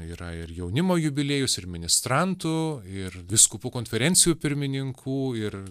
yra ir jaunimo jubiliejus ir ministrantų ir vyskupų konferencijų pirmininkų ir